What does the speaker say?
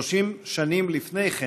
30 שנים לפני כן.